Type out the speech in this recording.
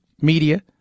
media